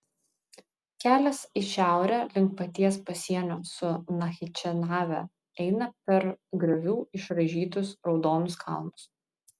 kelias į šiaurę link paties pasienio su nachičevane eina per griovų išraižytus raudonus kalnus